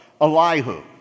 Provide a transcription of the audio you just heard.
Elihu